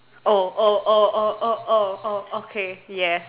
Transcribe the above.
oh oh oh oh oh oh oh okay yes